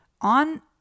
on